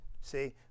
See